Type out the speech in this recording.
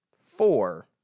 Four